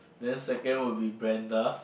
then second will be Brenda